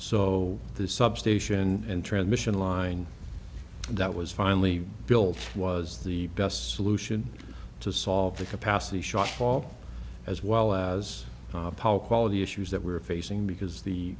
so the substation and transmission line that was finally built was the best solution to solve the capacity shock fault as well as power quality issues that we were facing because the